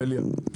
בליאק.